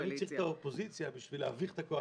אני צריך את האופוזיציה בשביל להביך את הקואליציה.